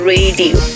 Radio